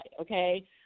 Okay